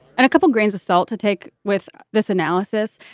and a couple grains of salt to take with this analysis.